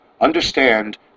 understand